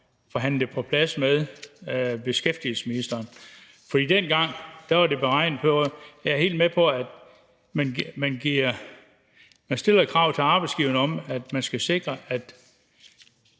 forhandlede det på plads med beskæftigelsesministeren, og jeg er helt med på, at man stiller et krav til arbejdsgiverne om, at de skal sikre, at